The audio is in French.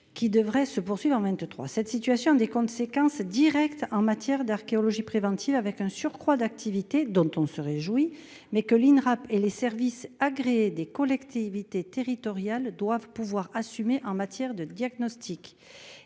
qui devrait se poursuivre en vingt-trois, cette situation a des conséquences directes en matière d'archéologie préventive avec un surcroît d'activité, dont on se réjouit, mais que l'Inrap et les services agréés des collectivités territoriales doivent pouvoir assumer en matière de diagnostic,